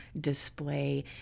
display